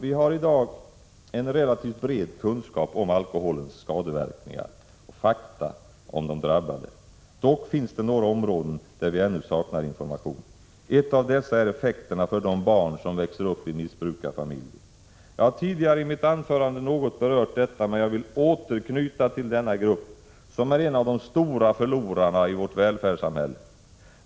Vi har i dag en relativt bred kunskap om alkoholens skadeverkningar och fakta om de drabbade. Dock finns det några områden där vi ännu saknar information. Ett av dessa är effekterna för de barn som växer uppi missbrukarfamiljer. Jag har tidigare i mitt anförande något berört detta, men jag vill nu återknyta till denna grupp, som är en av de stora förlorarna i vårt välfärdssamhälle.